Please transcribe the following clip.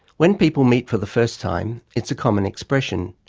when people meet for the first time it's a common expression.